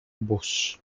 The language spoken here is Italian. bus